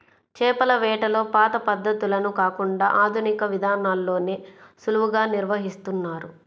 చేపల వేటలో పాత పద్ధతులను కాకుండా ఆధునిక విధానాల్లోనే సులువుగా నిర్వహిస్తున్నారు